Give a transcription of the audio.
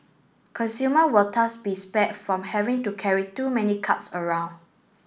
consumer will thus be spared from having to carry too many cards around